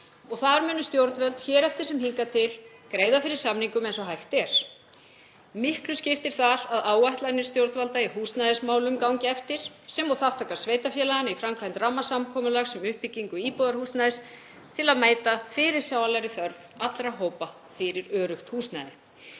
Þar munu stjórnvöld hér eftir sem hingað til greiða fyrir samningum eins og hægt er. Miklu skiptir þar að áætlanir stjórnvalda í húsnæðismálum gangi eftir sem og þátttaka sveitarfélaganna í framkvæmd rammasamkomulags um uppbyggingu íbúðarhúsnæðis til að mæta fyrirsjáanlegri þörf allra hópa fyrir öruggt húsnæði.